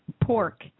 pork